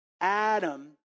Adam